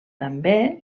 també